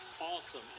awesome